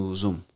Zoom